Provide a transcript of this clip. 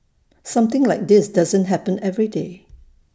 something like this doesn't happen every day